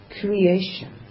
creation